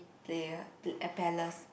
player the air palace